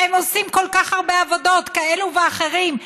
הם עושים כל כך הרבה עבודות כאלה ואחרות.